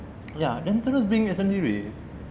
ya then terus bingit sendiri